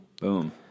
Boom